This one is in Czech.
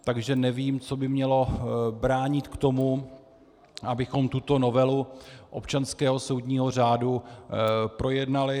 Takže nevím, co by mělo bránit tomu, abychom tuto novelu občanského soudního řádu projednali.